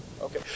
Okay